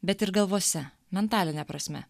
bet ir galvose mentaline prasme